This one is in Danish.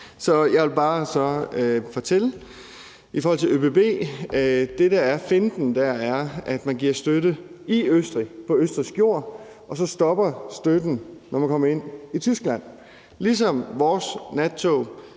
Så jeg vil bare fortælle i forhold til ÖBB, at det, der er finten der, er, at man giver støtte i Østrig, på østrigsk jord, og så stopper støtten, når man kommer ind i Tyskland, ligesom vores nattog